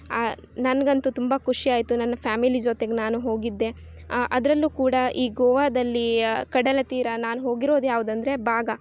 ನನ್ಗಂತೂ ತುಂಬ ಖುಷಿ ಆಯಿತು ನನ್ನ ಫ್ಯಾಮಿಲಿ ಜೊತೆಗೆ ನಾನು ಹೋಗಿದ್ದೆ ಅದರಲ್ಲೂ ಕೂಡ ಈ ಗೋವಾದಲ್ಲಿ ಕಡಲ ತೀರ ನಾನು ಹೋಗಿರೋದು ಯಾವ್ದು ಅಂದರೆ ಭಾಗ